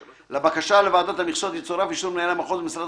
לבקשה לוועדת המכסות יצורף אישור מנהל המחוז במשרד